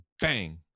bang